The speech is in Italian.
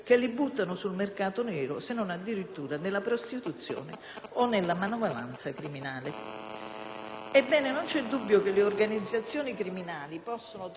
Ebbene, non c'è dubbio che le organizzazioni criminali possano trovare fra i disperati dell'immigrazione clandestina un terreno di reclutamento favorevole